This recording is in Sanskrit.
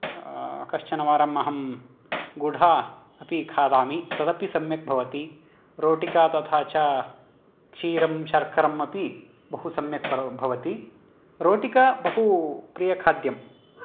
कश्चनवारम् अहं गुढा अपि खादामि तदपि सम्यक् भवति रोटिका तथा च क्षीरं शर्करम् अपि बहु सम्यक् भवति रोटिका बहु प्रियखाद्यं